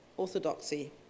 orthodoxy